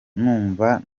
numva